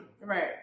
Right